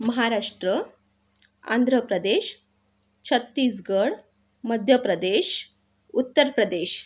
Maharashtra Andhra Pradesh Chhattisgarh Madhya Pradesh Uttar Pradesh